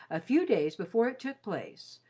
a few days before it took place,